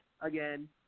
again